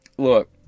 Look